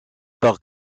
par